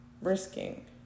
risking